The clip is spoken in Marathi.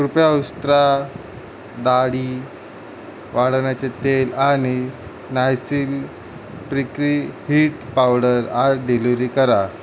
कृपया उस्त्रा दाढी वाढण्याचे तेल आणि नायसील प्रिक्री हीट पावडर आज डिलिवरी करा